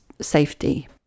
safety